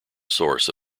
source